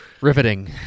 Riveting